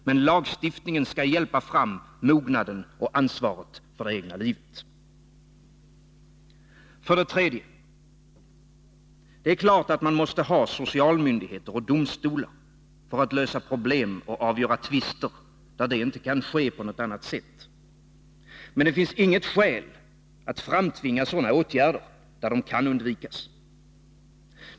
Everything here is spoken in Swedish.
Men lagstiftningen skall hjälpa fram mognaden och ansvaret för det egna livet. För det tredje: Det är klart att man måste ha socialmyndigheter och domstolar för att lösa problem och avgöra tvister där det inte kan ske på något annat sätt. Men det finns inget skäl att framtvinga sådana åtgärder där de kan undvikas.